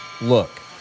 look